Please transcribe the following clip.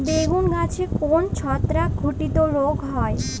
বেগুন গাছে কোন ছত্রাক ঘটিত রোগ হয়?